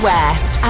West